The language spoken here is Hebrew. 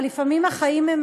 אבל לפעמים החיים הם